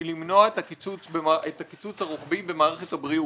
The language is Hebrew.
היא למנוע את הקיצוץ הרוחבי במערכת הבריאות.